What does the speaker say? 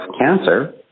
cancer